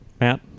Matt